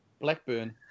Blackburn